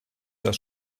das